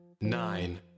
Nine